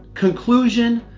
conclusion,